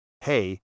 Hey